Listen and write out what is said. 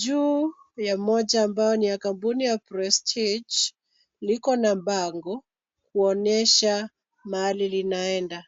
Juu ya moja ambayo ni ya kampuni ya Prestige, liko na bango kuonyesha mahali linaenda.